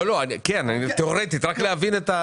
נכון, תיאורטית רק כדי להבין.